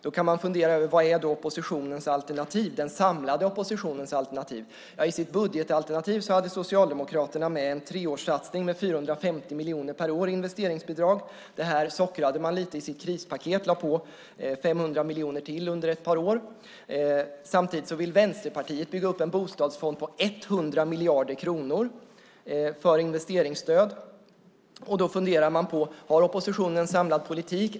Man kan då fundera över vad som är den samlade oppositionens alternativ. I sitt budgetalternativ hade Socialdemokraterna med en treårssatsning med 450 miljoner per år i investeringsbidrag. Det sockrade man lite i sitt krispaket och lade på 500 miljoner till under ett par år. Samtidigt vill Vänsterpartiet bygga upp en bostadsfond på 100 miljarder kronor för investeringsstöd. Då funderar man om oppositionen har en samlad politik.